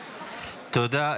תודה.